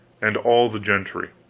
and all the gentry.